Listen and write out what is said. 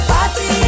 Party